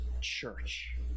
church